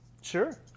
Sure